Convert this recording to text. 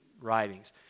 writings